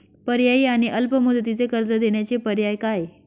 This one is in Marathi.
पर्यायी आणि अल्प मुदतीचे कर्ज देण्याचे पर्याय काय?